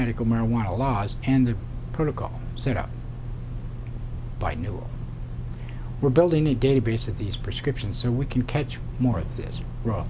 medical marijuana laws and the protocol set up by know we're building a database of these prescriptions so we can catch more